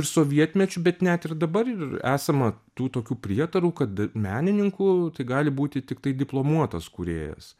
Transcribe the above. ir sovietmečiu bet net ir dabar ir esama tų tokių prietarų kad menininku tai gali būti tiktai diplomuotas kūrėjas